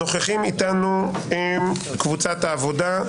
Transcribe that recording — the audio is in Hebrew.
נוכחים איתנו מקבוצת העבודה,